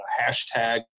hashtag